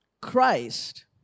Christ